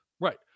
Right